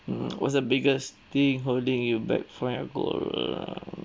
mm what's the biggest thing holding you back from your goal